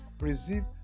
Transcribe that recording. receive